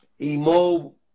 Emo